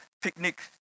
Picnic